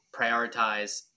prioritize